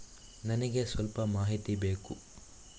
ನನಿಗೆ ಸ್ವಲ್ಪ ಮಾಹಿತಿ ಬೇಕು